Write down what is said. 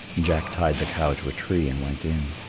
and jack tied the cow to a tree and went in.